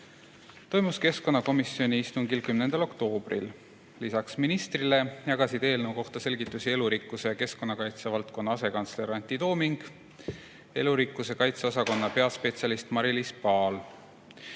toimus keskkonnakomisjoni istungil 10. oktoobril. Lisaks ministrile jagasid eelnõu kohta selgitusi elurikkuse ja keskkonnakaitse valdkonna asekantsler Antti Tooming ja elurikkuse kaitse osakonna peaspetsialist Mariliis